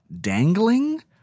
dangling